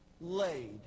laid